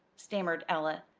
stammered ella.